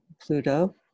Pluto